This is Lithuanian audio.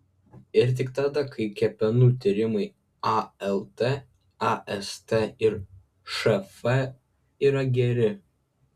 ir tik tada kai kepenų tyrimai alt ast ir šf yra geri